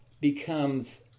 Becomes